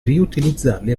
riutilizzarli